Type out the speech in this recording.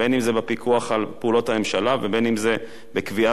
בין שזה בפיקוח על פעולות הממשלה ובין שזה בקביעת